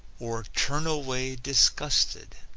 or turn away disgusted